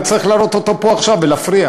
לא צריך להראות אותו פה עכשיו ולהפריע.